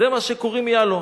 זה מה שקורים יאלו.